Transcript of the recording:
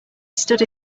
stood